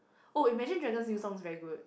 oh Imagine dragon's new song very good